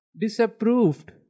disapproved